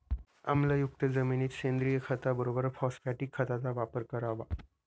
आम्लयुक्त जमिनीत सेंद्रिय खताबरोबर फॉस्फॅटिक खताचा वापर करावा